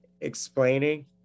explaining